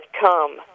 come